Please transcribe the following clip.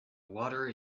water